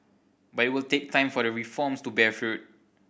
but it will take time for the reforms to bear fruit